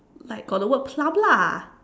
like got the word plum lah